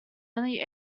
only